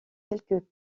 quelques